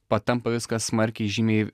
patampa viskas smarkiai žymiai